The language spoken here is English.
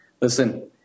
Listen